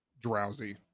drowsy